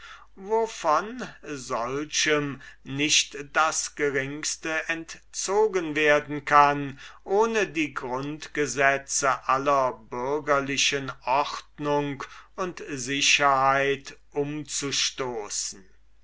wovon solchem nicht das geringste entzogen werden kann ohne die grundgesetze aller bürgerlichen ordnung und sicherheit umzustoßen